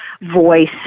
voice